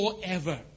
forever